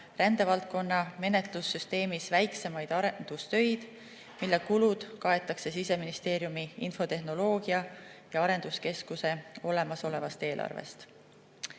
rändevaldkonna menetlussüsteemis väiksemaid arendustöid, mille kulud kaetakse Siseministeeriumi infotehnoloogia- ja arenduskeskuse olemasolevast eelarvest.